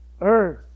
earth